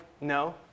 no